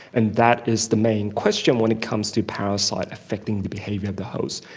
and that is the main question when it comes to parasites affecting the behaviour of the host.